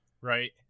right